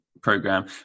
program